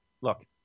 Look